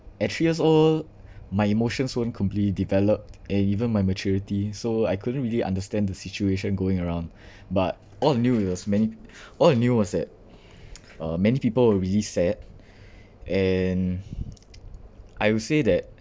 at three years old my emotions weren't completely developed and even my maturity so I couldn't really understand the situation going around but all I knew it was many all I knew was that uh many people were really sad and I would say that